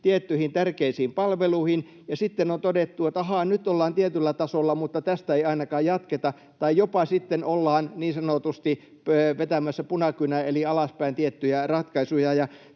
tiettyihin tärkeisiin palveluihin, ja sitten on todettu, että ahaa, nyt ollaan tietyllä tasolla, mutta tästä ei ainakaan jatketa, tai jopa sitten ollaan niin sanotusti vetämässä punakynää eli alaspäin tiettyjä ratkaisuja.